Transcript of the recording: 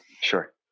Sure